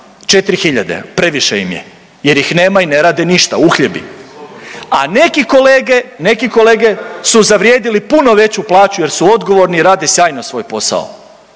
4 hiljade, previše im je jer ih nema i ne rade ništa, uhljebi, a neki kolege, neki kolege su zavrijedili puno veću plaću jer su odgovorni i rade sjajno svoj posao,